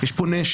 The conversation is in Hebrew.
יש פה נאשמים.